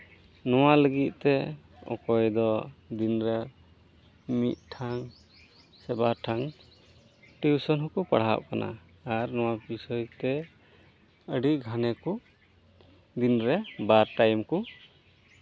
ᱱᱚᱣᱟ ᱞᱟᱹᱜᱤᱫ ᱛᱮ ᱚᱠᱚᱭ ᱫᱚ ᱫᱤᱱ ᱨᱮ ᱢᱤᱫᱴᱷᱟᱝ ᱥᱮ ᱵᱟᱨ ᱴᱷᱟᱝ ᱴᱤᱭᱩᱥᱚᱱ ᱦᱚᱠᱚ ᱯᱟᱲᱦᱟᱜ ᱠᱟᱱᱟ ᱟᱨ ᱱᱚᱣᱟ ᱵᱤᱥᱚᱭ ᱛᱮ ᱟᱹᱰᱤ ᱜᱷᱟᱱᱮ ᱠᱚ ᱫᱤᱱ ᱨᱮ ᱵᱟᱨ ᱴᱟᱭᱤᱢ ᱠᱚ